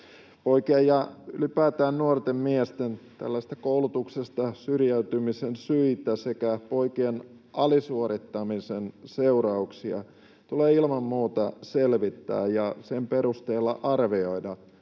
Poikien ja ylipäätään nuorten miesten tällaisia koulutuksesta syrjäytymisen syitä sekä poikien alisuorittamisen seurauksia tulee ilman muuta selvittää ja sen perusteella arvioida